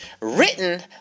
Written